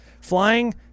Flying